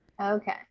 okay